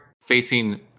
facing